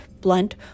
blunt